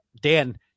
Dan